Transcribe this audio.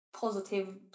positive